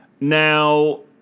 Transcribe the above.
Now